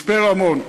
מצפה-רמון,